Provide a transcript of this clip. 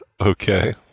Okay